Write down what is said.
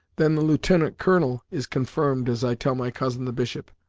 then the lieutenant colonel is confirmed, as i tell my cousin the bishop.